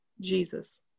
Jesus